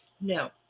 No